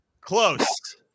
Close